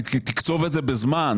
תקצוב את זה בזמן.